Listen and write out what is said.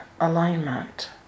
alignment